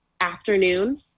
afternoon